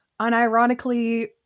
unironically